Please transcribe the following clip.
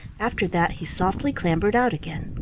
after that, he softly clambered out again.